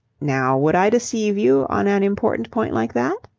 now would i deceive you on an important point like that?